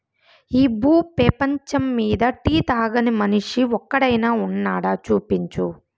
ఈ భూ పేపంచమ్మీద టీ తాగని మనిషి ఒక్కడైనా వున్నాడా, చూపించు